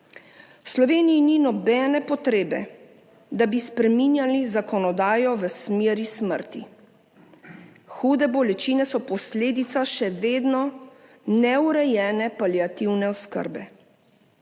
Sloveniji ni nobene potrebe, da bi spreminjali zakonodajo v smeri smrti. Hude bolečine so posledica še vedno neurejene paliativne oskrbe.